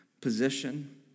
position